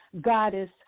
goddess